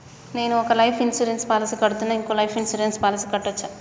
నేను ఒక life insurance policy కడ్తున్నా, ఇంకో లైఫ్ ఇన్సూరెన్స్ పాలసీ కట్టొచ్చా?